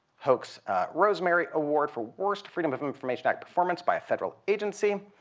hoax rosemary award for worst freedom of information act performance by a federal agency